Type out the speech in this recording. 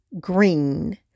Green